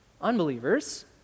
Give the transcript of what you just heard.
unbelievers